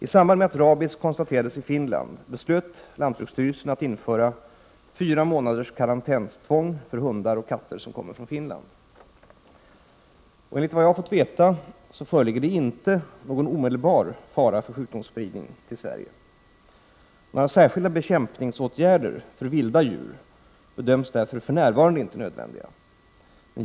I samband med att rabies konstaterades i Finland beslöt lantbruksstyrelsen att införa fyra månaders karantänstvång för hundar och katter som kommer från Finland. Enligt vad jag har fått veta föreligger det inte någon omedelbar fara för sjukdomsspridning till Sverige. Några särskilda bekämpningsåtgärder för vilda djur bedöms därför för närvarande inte nödvändiga.